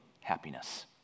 happiness